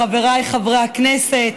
חבריי חברי הכנסת,